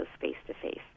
face-to-face